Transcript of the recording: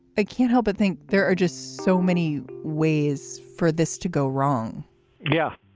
i can't help but think there are just so many ways for this to go wrong yeah,